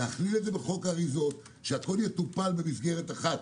אני מציע לכלול את זה בחוק האריזות כך שהכול יטופל במסגרת אחת,